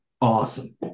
awesome